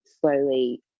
slowly